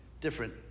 different